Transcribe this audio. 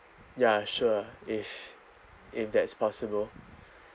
ya sure if if that's possible